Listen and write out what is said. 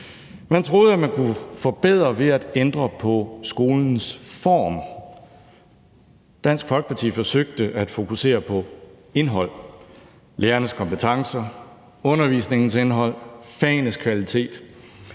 Man troede, at man kunne forbedre ved at ændre på skolens form. Dansk Folkeparti forsøgte at fokusere på indhold: Lærernes kompetencer, undervisningens indhold, fagenes kvalitet.